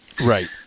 Right